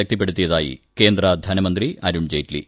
ശക്തിപ്പെടുത്തിയതായി കേന്ദ്ര ധനമന്ത്രി അരുൺ ജയ്റ്റ്ലി